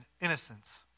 innocence